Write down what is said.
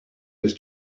was